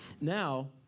now